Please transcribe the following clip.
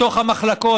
בתוך המחלקות.